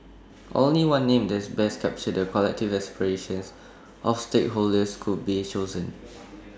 only one name that best captures the collective aspirations of our stakeholders could be chosen